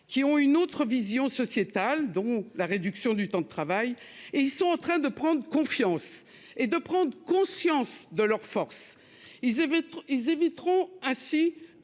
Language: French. qui ont une autre vision sociétale, dont la réduction du temps de travail et ils sont en train de prendre confiance et de prendre conscience de leur force. Ils avaient ils